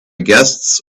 guests